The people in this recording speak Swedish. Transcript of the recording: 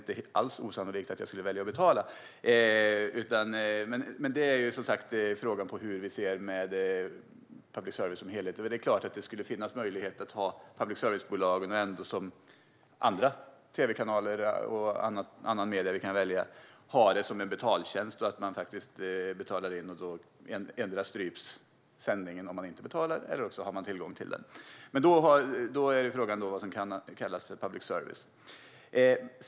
Men det handlar som sagt om hur vi ser på public service som helhet. Det är klart att det skulle finnas möjlighet att ha public service som en betaltjänst, som vi kan välja liksom andra tv-kanaler och mediekanaler. Om man betalar har man tillgång till sändningen annars stryps den. Men då är frågan vad som kan kallas public service.